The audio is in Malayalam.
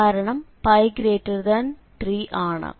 കാരണംπ3 ആണ്